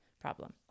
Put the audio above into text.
problem